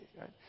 right